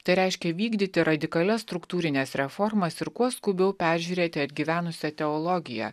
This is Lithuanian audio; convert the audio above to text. tai reiškia vykdyti radikalias struktūrines reformas ir kuo skubiau peržiūrėti atgyvenusią teologiją